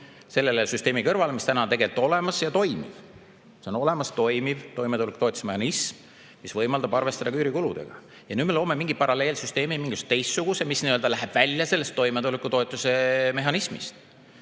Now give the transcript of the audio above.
selle süsteemi kõrvale, mis tegelikult on olemas ja toimib. On olemas toimiv toimetulekutoetuse mehhanism, mis võimaldab arvestada ka üürikuludega. Nüüd me loome mingi paralleelsüsteemi, mingisuguse teistsuguse, mis nii-öelda läheb välja sellest toimetulekutoetuse mehhanismist.